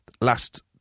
last